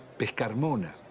pescarmona,